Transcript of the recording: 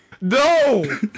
No